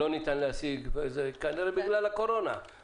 שלא ניתן להשיג, זה כנראה בגלל הקורונה.